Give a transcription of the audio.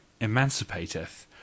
emancipateth